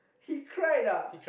he cried ah